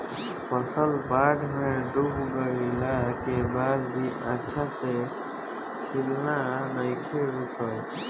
फसल बाढ़ में डूब गइला के बाद भी अच्छा से खिलना नइखे रुकल